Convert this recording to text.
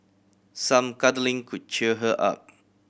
some cuddling could cheer her up